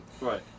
Right